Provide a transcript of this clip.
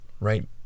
right